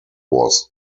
was